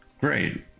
great